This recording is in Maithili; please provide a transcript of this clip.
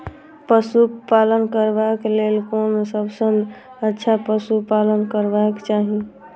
पशु पालन करबाक लेल कोन सबसँ अच्छा पशु पालन करबाक चाही?